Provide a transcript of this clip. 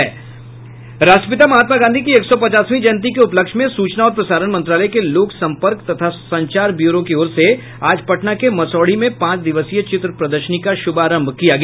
राष्ट्रपिता महात्मा गांधी की एक सौ पचासवीं जयंती के उपलक्ष्य में सूचना और प्रसारण मंत्रालय के लोक संपर्क तथा संचार ब्यूरो की ओर से आज पटना के मसौढ़ी में पांच दिवसीय चित्र प्रदर्शनी का शुभारंभ हुआ